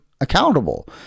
accountable